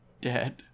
dead